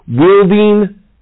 wielding